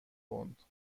پوند